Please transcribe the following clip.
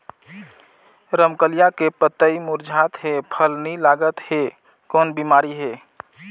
रमकलिया के पतई मुरझात हे फल नी लागत हे कौन बिमारी हे?